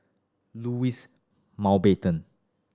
Louis Mountbatten